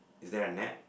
is there a net